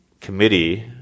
committee